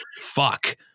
fuck